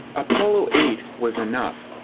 apollo eight was enough.